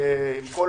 עם כל